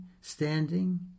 standing